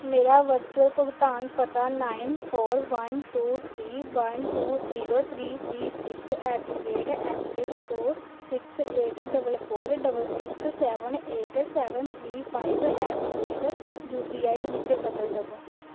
ਮੇਰਾ ਵਰਚੁਅਲ ਭੁਗਤਾਨ ਪਤਾ nine four one two three one two zero three three six at the rate Axis ਤੋਂ six eight double four double six seven eight seven three five at the rate U P I ਵਿੱਚ ਬਦਲੋ ਦੇਵੋ